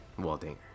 Waldinger